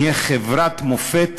נהיה חברת מופת,